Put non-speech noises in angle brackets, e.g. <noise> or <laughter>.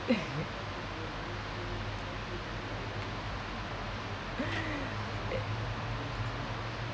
<laughs>